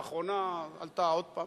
לאחרונה עלתה עוד פעם,